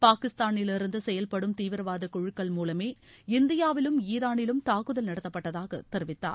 பாகிஸ்தானிலிருந்து செயல்படும் தீவிரவாத குழுக்கள் மூலமே இந்தியாவிலும் ஈரானிலும் தாக்குதல் நடத்தப்பட்டதாக தெரிவித்தார்